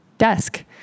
desk